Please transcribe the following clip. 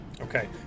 Okay